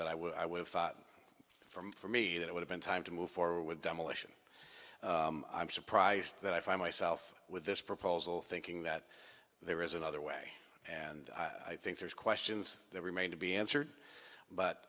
that i would i would have thought for me that it would've been time to move forward with demolition i'm surprised that i find myself with this proposal thinking that there is another way and i think there's questions that remain to be answered but